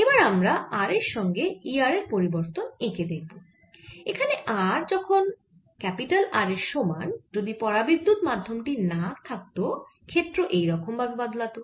এবার আমরা r এর সঙ্গে E r এর পরিবর্তন এঁকে দেখব এখানে r সমান R যদি পরাবিদ্যুত মাধ্যম টি না থাকত ক্ষেত্র এই রকম ভাবে বদলাত